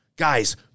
Guys